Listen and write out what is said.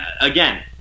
again